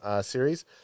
series